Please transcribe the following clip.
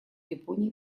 японии